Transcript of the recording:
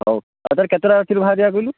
ହଉ ଅଉ ତା'ହେଲେ କେତେଟା ରାତିରେ ବାହାରିବା କହିଲୁ